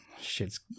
shit's